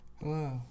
Hello